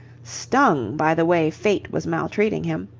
stung by the way fate was maltreating him,